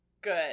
good